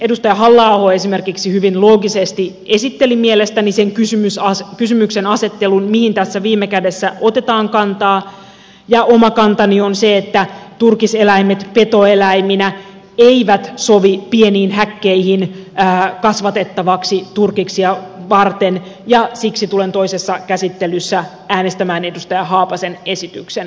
edustaja halla aho esimerkiksi esitteli mielestäni hyvin loogisesti sen kysymyksenasettelun mihin tässä viime kädessä otetaan kantaa ja oma kantani on se että turkiseläimet petoeläiminä eivät sovi pieniin häkkeihin kasvatettaviksi turkiksia varten ja siksi tulen toisessa käsittelyssä äänestämään edustaja haapasen esityksen mukaisesti